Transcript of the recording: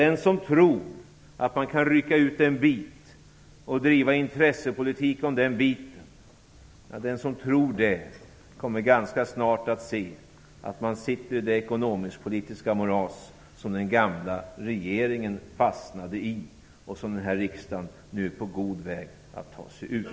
Den som tror att det går att rycka ut en bit och driva intressepolitik om den biten kommer ganska snart att se att man sitter i det ekonomisk-politiska moras som den gamla regeringen fastnade i och som denna riksdag är på god väg att ta sig ur.